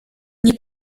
nie